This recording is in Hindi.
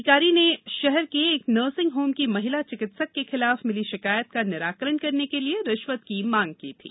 अधिकारी ने शहर के एक नर्सिंग होम की महिला चिकित्सक के खिलाफ मिली शिकायत का निराकरण करने के लिए रिश्वत की मांग की थी